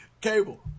cable